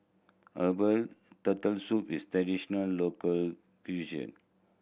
herbal Turtle Soup is a traditional local cuisine